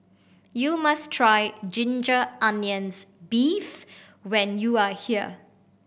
you must try ginger onions beef when you are here